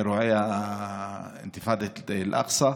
אירועי אינתיפאדת אל-אקצא,